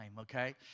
okay